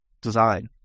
design